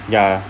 ya